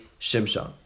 Shimshon